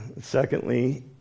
Secondly